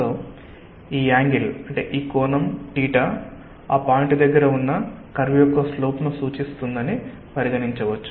so ఈ కోణం ఆ పాయింట్ దగ్గర ఉన్న కర్వ్ యొక్క స్లోప్ ను సూచిస్తుందని పరిగణించవచ్చు